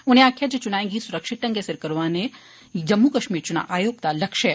उनें गलाया जे चुनाएं गी सुरक्षित ढंगै सिर करौआना जम्मू कश्मीर चुना आयोग दा लक्ष्य ऐ